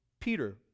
Peter